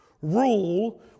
rule